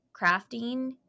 crafting